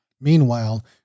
Meanwhile